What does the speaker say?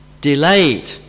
delayed